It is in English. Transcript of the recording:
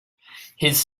his